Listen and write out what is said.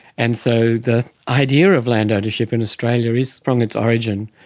and so the idea of land ownership in australia is, from its origin,